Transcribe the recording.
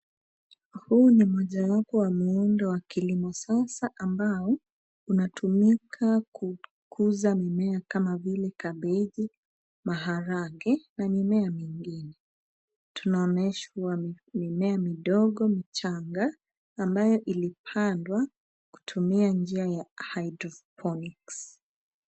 Huu ni mojawapo wa muundo wa kilimo sasa ambao unatumika kukuza mimea kama vile kabeji, maharagwe na mimea mingine. Tunaonyeshwa mimea midogo michanga ambayo ilipandwa kutumia njia ya hydroponics .